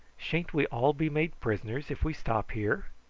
sha'n't we all be made prisoners if we stop here?